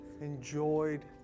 enjoyed